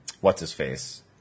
what's-his-face